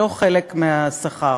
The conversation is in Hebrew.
לא חלק מהשכר.